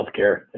healthcare